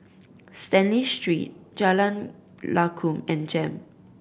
Stanley Street Jalan Lakum and JEM